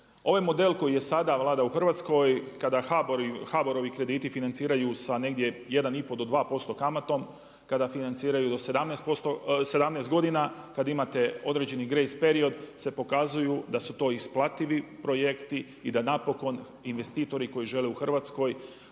Ovaj model koji je sada, vlada u Hrvatskoj, kada HBOR-ovi krediti financiraju sa negdje 1 i pol do 25 kamatom, kada financiraju do 17 godina, kad imate određeni grace period, se pokazuju da su to isplativi projekti i da napokon investitori koji žele u Hrvatskoj,